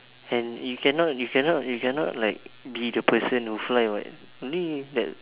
and you cannot you cannot you cannot like be the person who fly what only that